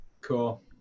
Cool